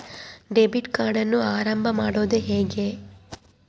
Debit ಕಾರ್ಡನ್ನು ಆರಂಭ ಮಾಡೋದು ಹೇಗೆ?